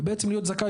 ובעצם להיות זכאי,